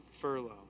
furlough